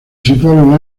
sitúa